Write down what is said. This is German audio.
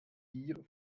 gier